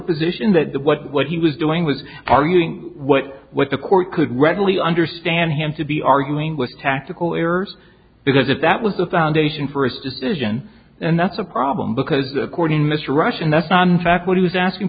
position that the what he was doing was arguing what what the court could readily understand him to be arguing with tactical errors because if that was the foundation for a suspicion and that's a problem because according to mr rush and that's not in fact what he was asking